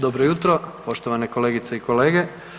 Dobro jutro, poštovane kolegice i kolege.